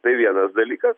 tai vienas dalykas